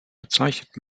bezeichnet